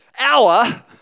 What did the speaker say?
hour